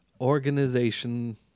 Organization